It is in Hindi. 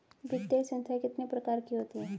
वित्तीय संस्थाएं कितने प्रकार की होती हैं?